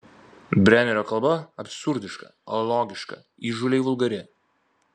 brenerio kalba absurdiška alogiška įžūliai vulgari